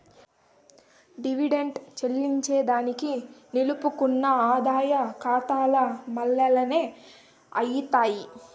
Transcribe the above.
dividend చెల్లింజేదానికి నిలుపుకున్న ఆదాయ కాతాల మల్లనే అయ్యితాది